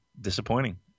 disappointing